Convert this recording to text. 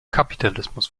kapitalismus